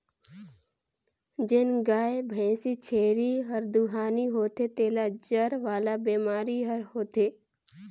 जेन गाय, भइसी, छेरी हर दुहानी होथे तेला जर वाला बेमारी हर होथे